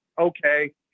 okay